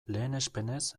lehenespenez